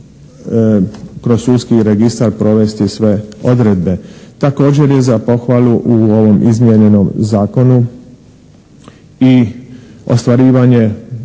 kroz sudski registar može provesti sve odredbe. Također je za pohvalu u ovom izmijenjenom zakonu i ostvarivanje